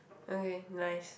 okay nice